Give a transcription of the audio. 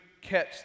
catch